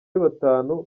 batanu